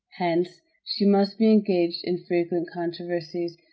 hence she must be engaged in frequent controversies,